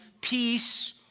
peace